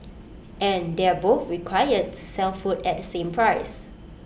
and they're both required to sell food at the same price